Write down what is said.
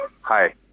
Hi